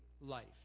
life